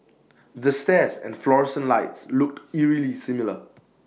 the stairs and fluorescent lights look eerily similar